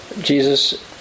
Jesus